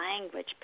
language